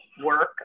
work